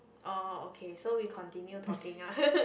oh okay so we continue talking ah